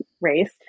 race